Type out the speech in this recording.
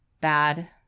Bad